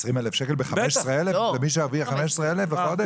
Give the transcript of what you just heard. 20,000 שקלים למי שהשתכר 15,000 שקלים בחודש?